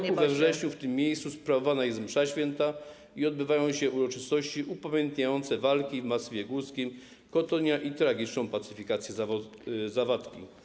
Co roku we wrześniu w tym miejscu sprawowana jest msza święta i odbywają się uroczystości upamiętniające walki w masywie górskim Kotonia i tragiczną pacyfikację Zawadki.